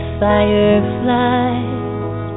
fireflies